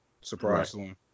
surprisingly